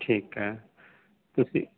ਠੀਕ ਹੈ ਤੁਸੀਂ